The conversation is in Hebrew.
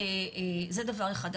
זה דבר אחד.